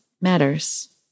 matters